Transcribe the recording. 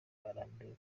arambiwe